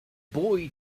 boy